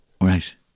Right